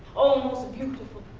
almost beautiful.